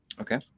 Okay